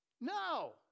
No